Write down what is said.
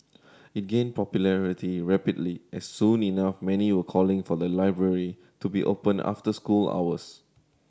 it gained popularity rapidly and soon enough many were calling for the library to be opened after school hours